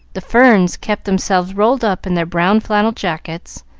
the ferns kept themselves rolled up in their brown flannel jackets,